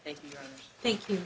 thank you thank you